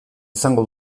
izango